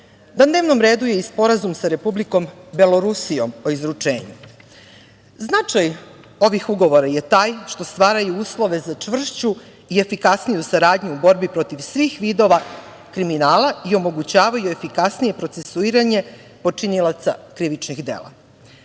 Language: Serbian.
Na dnevnom redu je i Sporazum sa Republikom Belorusijom o izručenju. Značaj ovih ugovora je taj što stvaraju uslove za čvršću i efikasniju saradnju u borbi protiv svih vidova kriminala i omogućavaju efikasnije procesuiranje počinilaca krivičnih dela. Kada